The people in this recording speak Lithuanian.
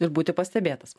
ir būti pastebėtas